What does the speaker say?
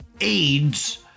AIDS